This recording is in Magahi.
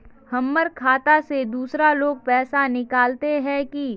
हमर खाता से दूसरा लोग पैसा निकलते है की?